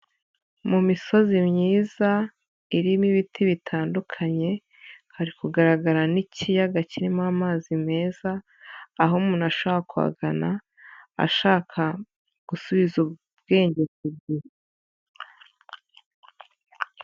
Mu misozi myiza irimo ibiti bitandukanye hari kugaragara n'ikiyaga kirimo amazi meza, aho umuntu ashobora kuhagana gusubiza ubwenge ku gihe.